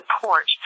support